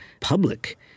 public